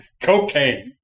cocaine